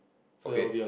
okay